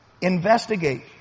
Investigate